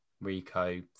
Rico